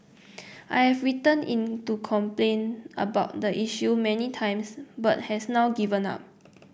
I've written in to complain about the issue many times but has now given up